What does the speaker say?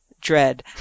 dread